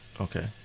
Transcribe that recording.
Okay